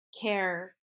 care